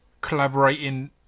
collaborating